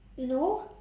no